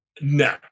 No